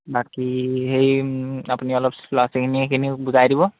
বাকী হেৰি আপুনি অলপ ল'ৰা ছোৱালীখিনি সেইখিনিক বুজাই দিব